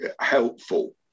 helpful